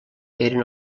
eren